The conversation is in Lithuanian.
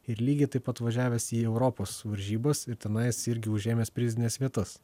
ir lygiai taip pat važiavęs į europos varžybas ir tenais irgi užėmęs prizines vietas